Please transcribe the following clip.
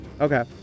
Okay